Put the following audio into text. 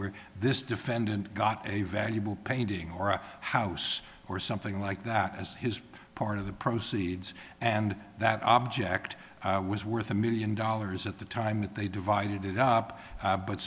where this defendant got a valuable painting or a house or something like that as his part of the proceeds and that object was worth a million dollars at the time that they divided it up